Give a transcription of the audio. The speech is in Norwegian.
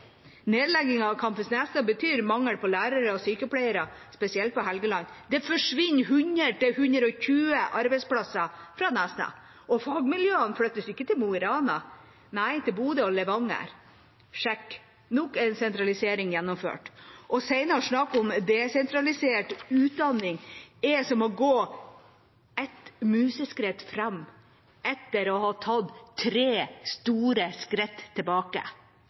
av Campus Nesna betyr mangel på lærere og sykepleiere, spesielt på Helgeland. Det forsvinner 100–120 arbeidsplasser fra Nesna. Og fagmiljøet flyttes ikke til Mo i Rana. Nei, de flyttes til Bodø og Levanger – nok en sentralisering gjennomført. Det å snakke om desentralisert utdanning senere er som å gå et museskritt fram, etter å ha tatt tre store skritt tilbake.